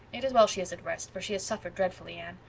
it is well she is at rest for she has suffered dreadfully, anne.